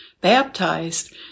baptized